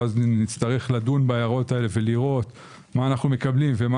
ונצטרך לדון בהן ולראות מה אנו מקבלים ומה